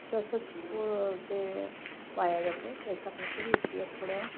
तसेच ते वाया जातं आहे त्याचा काहीतरी उपयोग पुढं